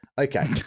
Okay